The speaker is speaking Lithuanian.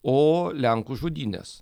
o lenkų žudynes